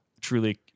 truly